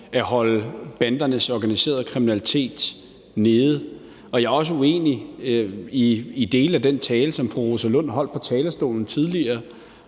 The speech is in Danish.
at holde bandernes organiserede kriminalitet nede. Jeg er også uenig i dele af den tale, som fru Rosa Lund holdt på talerstolen tidligere,